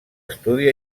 estudi